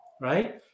Right